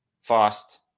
fast